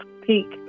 peak